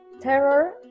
terror